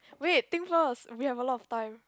wait think first we have a lot of time